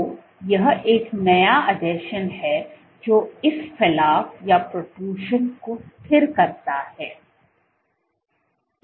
तो यह एक नया आसंजन है जो इस फलाव को स्थिर करता है